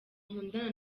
nkundana